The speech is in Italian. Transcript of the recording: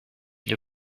gli